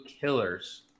killers